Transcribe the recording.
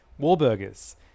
Warburgers